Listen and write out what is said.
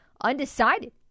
undecided